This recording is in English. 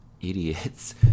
idiots